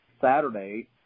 Saturday